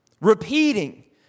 repeating